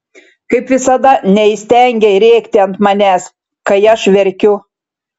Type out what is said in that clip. kaip visada neįstengei rėkti ant manęs kai aš verkiu